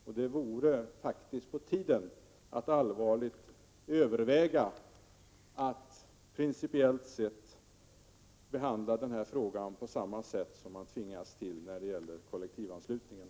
Det är alltså faktiskt på tiden att man allvarligt överväger att, principiellt sett, behandla denna fråga på samma sätt som man tvingades behandla frågan om kollektivanslutningen.